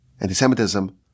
anti-Semitism